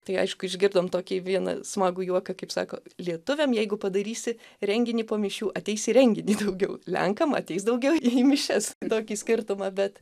tai aišku išgirdom tokį vieną smagų juoką kaip sako lietuviam jeigu padarysi renginį po mišių ateis į renginį daugiau lenkam ateis daugiau į mišias tokį skirtumą bet